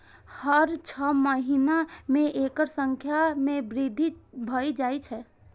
हर छह महीना मे एकर संख्या मे वृद्धि भए जाए छै